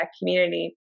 community